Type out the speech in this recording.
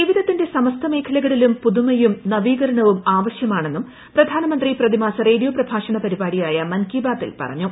ജീവിതത്തിന്റെ സമസ്ത മേഖലകളിലും പുതുമയും നവീകരണവും ആവശ്യമാണെന്നും പ്രധാനമന്ത്രി പ്രതിമാസ റേഡിയോ പ്രഭാഷണ പരിപാടിയായ മൻകി ബാത്തിൽ പറഞ്ഞു